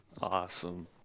Awesome